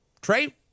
Trey